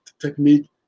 technique